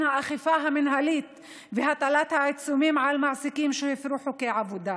האכיפה המינהלית והטלת העיצומים על מעסיקים שהפרו חוקי עבודה.